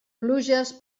pluges